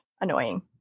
annoying